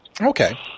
Okay